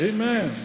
Amen